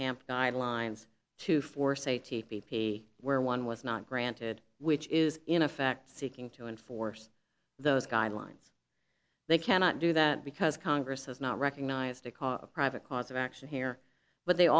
hamp guidelines to force a t p p where one was not granted which is in effect seeking to enforce those guidelines they cannot do that because congress has not recognized to call a private cause of action here but they